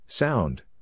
Sound